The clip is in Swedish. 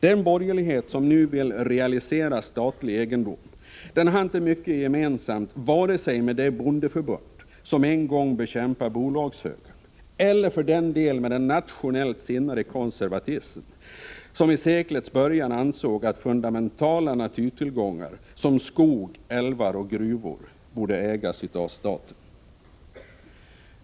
Den borgerlighet som nu vill realisera statlig egendom har inte mycket gemensamt vare sig med det bondeförbund som en gång bekämpade bolagshögern eller för den del med den nationellt sinnade konservatism som i seklets början ansåg att fundamentala naturtillgångar som skog, älvar och gruvor borde ägas av staten.